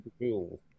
cool